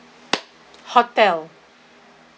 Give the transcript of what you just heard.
hotel